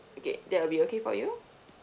okay that will be okay for you